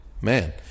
man